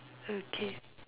okay